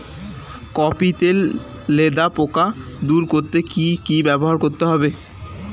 Copy তে লেদা পোকা দূর করতে কি ব্যবহার করতে হবে?